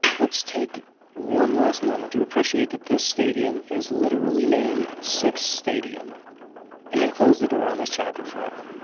let's take one last moment to appreciate that this stadium is literally named sick's stadium and then close the door on this chapter forever.